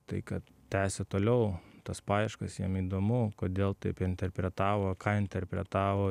tai kad tęsia toliau tas paieškas jiem įdomu kodėl taip interpretavo ką interpretavo